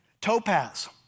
Topaz